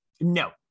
No